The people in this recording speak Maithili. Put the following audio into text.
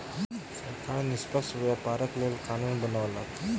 सरकार निष्पक्ष व्यापारक लेल कानून बनौलक